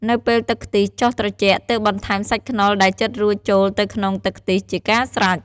នៅពេលទឹកខ្ទិះចុះត្រជាក់ទើបបន្ថែមសាច់ខ្នុរដែលចិតរួចចូលទៅក្នុងទឹកខ្ទិះជាការស្រេច។